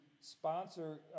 sponsor